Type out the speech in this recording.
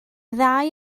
ddau